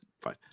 fine